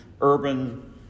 urban